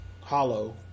Hollow